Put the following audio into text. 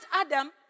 Adam